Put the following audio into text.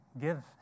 give